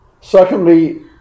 Secondly